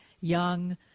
Young